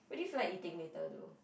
what do you feel like eating later though